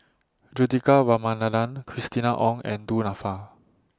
Juthika Ramanathan Christina Ong and Du Nanfa